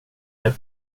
det